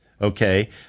okay